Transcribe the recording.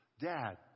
Dad